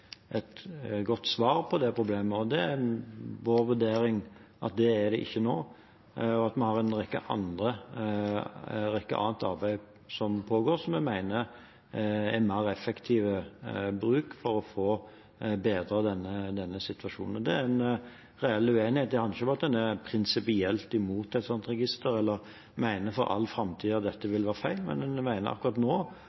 et godt svar på det problemet. Det er vår vurdering at det er det ikke nå, og at vi har en rekke annet arbeid som pågår som vi mener er mer effektivt for å få bedret denne situasjonen. Det er en reell uenighet. Det handler ikke om at en er prinsipielt imot et slikt register, eller mener for all framtid at dette